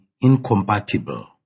incompatible